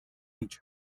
each